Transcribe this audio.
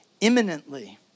imminently